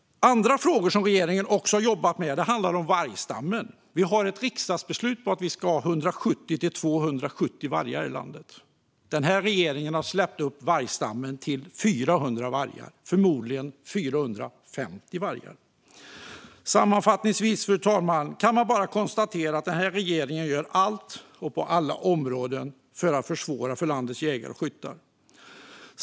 Andra frågor som regeringen har jobbat med handlar om vargstammen. Vi har ett riksdagsbeslut på att vi ska ha 170-270 vargar i landet, och den här regeringen har släppt upp vargstammen till 400 vargar - förmodligen 450. Sammanfattningsvis, fru talman, kan man bara konstatera att den här regeringen gör allt, på alla områden, för att försvåra för landets jägare och skyttar.